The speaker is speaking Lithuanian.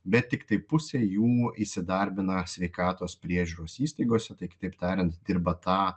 bet tiktai pusė jų įsidarbina sveikatos priežiūros įstaigose tai kitaip tariant dirba tą